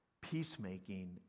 peacemaking